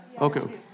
Okay